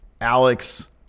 Alex